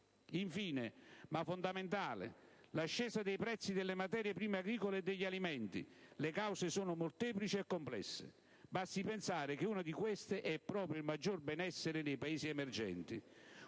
Infine, ma fondamentale, l'ascesa dei prezzi delle materie prime agricole e degli alimenti: le cause sono molteplici e complesse (basti pensare che una di queste è proprio il maggior benessere nei Paesi emergenti,